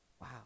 Wow